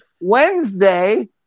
Wednesday